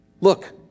look